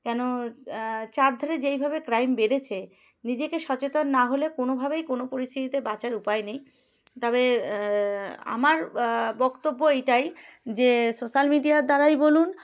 কেন চারধারে যেইভাবে ক্রাইম বেড়েছে নিজেকে সচেতন না হলে কোনোভাবেই কোনো পরিস্থিতিতে বাঁচার উপায় নেই তবে আমার বক্তব্য এইটাই যে সোশ্যাল মিডিয়ার দ্বারাই বলুন